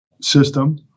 system